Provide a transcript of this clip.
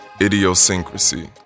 Idiosyncrasy